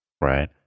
Right